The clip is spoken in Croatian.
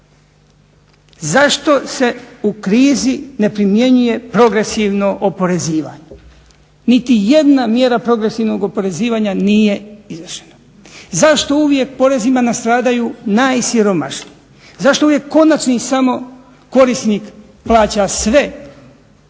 Zašto se u krizi ne primjenjuje progresivno oporezivanje? niti jedna mjera progresivnog oporezivanja nije izvršena. Zašto uvijek porezima nastradaju najsiromašniji? Zašto uvijek samo konačni korisnik plaća sve